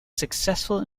successful